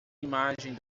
imagem